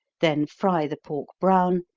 then fry the pork brown,